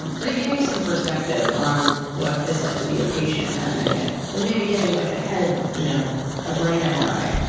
but it gave me some perspective on what it's like to be a patient in that magnet and maybe getting like ah a you know brain and mri,